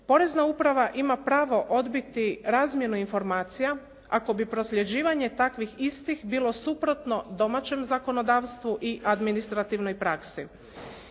Porezna uprava ima pravo odbiti razmjenu informacija ako bi prosljeđivanje takvih istih bilo suprotno domaćem zakonodavstvu i administrativnoj praksi.